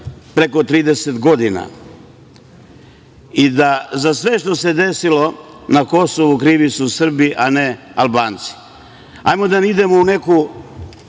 preko 30 godina. I da za sve što se desilo na Kosovu krivi su Srbi, a ne Albanci. Hajde da ne idemo u neku